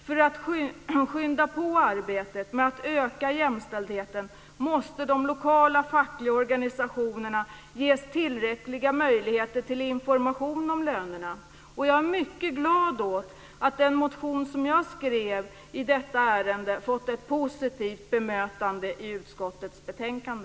För att skynda på arbetet med att öka jämställdheten måste de lokala fackliga organisationerna ges tillräckliga möjligheter till information om lönerna. Jag är mycket glad åt att den motion som jag skrev i detta ärende har fått ett positivt bemötande i utskottets betänkande.